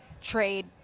trade